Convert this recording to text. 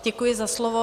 Děkuji za slovo.